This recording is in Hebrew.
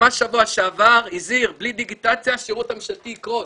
ממש בשבוע שעבר הזהיר שבלי דיגיטציה השירות הממשלתי יקרוס.